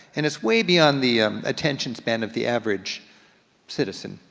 and it's way beyond the attention span of the average citizen,